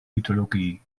mythologie